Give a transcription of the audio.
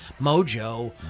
mojo